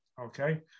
okay